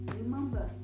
remember